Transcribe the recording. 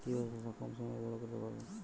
কিভাবে শশা কম সময়ে বড় করতে পারব?